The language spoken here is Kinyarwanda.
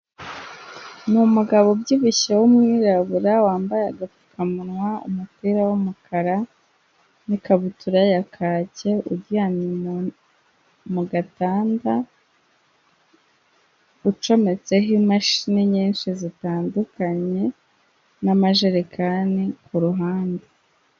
Ni umugabo ubyibushye w'umwirabura wambaye agapfukamunwa umupira w'umukara n'ikabutura ya kake uryamye mu gatanda, ucometseho imashini nyinshi zitandukanye n'amajerekani kuruhande.